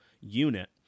unit